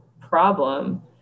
problem